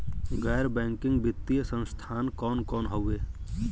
गैर बैकिंग वित्तीय संस्थान कौन कौन हउवे?